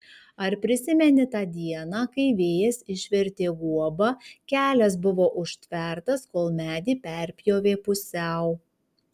ar prisimeni tą dieną kai vėjas išvertė guobą kelias buvo užtvertas kol medį perpjovė pusiau